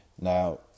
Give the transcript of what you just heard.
Now